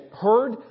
heard